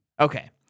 Okay